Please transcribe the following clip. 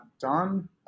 done